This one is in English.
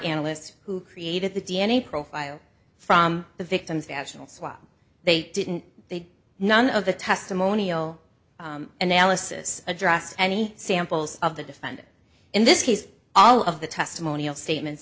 analyst who created the d n a profile from the victim's national swab they didn't they none of the testimonial analysis address any samples of the defendant in this case all of the testimonial statements